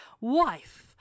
wife